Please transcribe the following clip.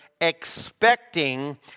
expecting